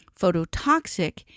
Phototoxic